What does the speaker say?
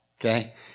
okay